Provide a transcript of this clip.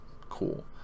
Cool